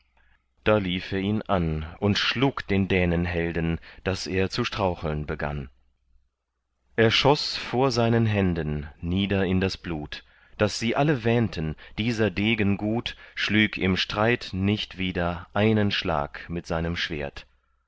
da lief er ihn an und schlug den dänenhelden daß er zu straucheln begann er schoß vor seinen händen nieder in das blut daß sie alle wähnten dieser degen gut schlüg im streit nicht wieder einen schlag mit seinem schwert